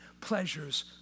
pleasures